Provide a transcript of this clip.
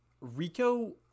Rico